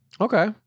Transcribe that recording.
okay